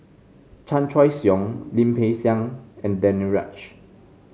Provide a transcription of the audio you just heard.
Chan Choy Siong Lim Peng Siang and Danaraj